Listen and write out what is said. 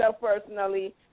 personally